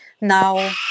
now